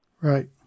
Right